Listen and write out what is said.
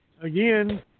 Again